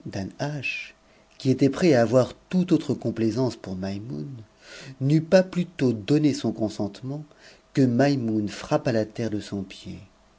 qui était prêt à avoir toute autre complaisance pour m moune n'eut pas plus tôt donné son consentement quemaimoune ft'an n la terre de son pied